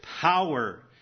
Power